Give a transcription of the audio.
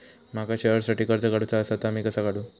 माका शेअरसाठी कर्ज काढूचा असा ता मी कसा काढू?